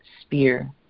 spear